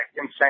insane